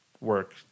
work